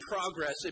progress